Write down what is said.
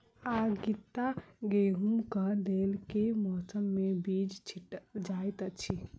आगिता गेंहूँ कऽ लेल केँ मौसम मे बीज छिटल जाइत अछि?